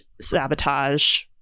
Sabotage